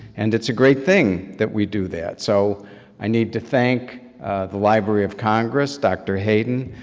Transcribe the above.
and it's a great thing that we do that. so i need to thank the library of congress, dr. hayden,